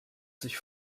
sich